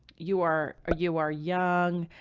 you are, ah, you are young,